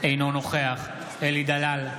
אינו נוכח אלי דלל,